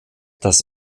das